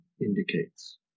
indicates